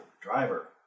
driver